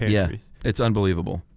yeah it's unbelievable.